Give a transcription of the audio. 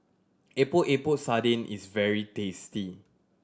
Epok Epok Sardin is very tasty